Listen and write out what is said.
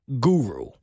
guru